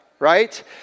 Right